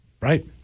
Right